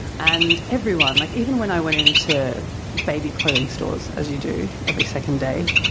and everyone, like even when i went into baby clothing stores, as you do every second day,